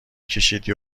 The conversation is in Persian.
کشیدی